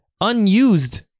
Unused